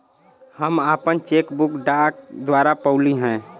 हम आपन cheque book डाक द्वारा पउली है